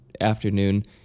afternoon